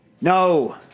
No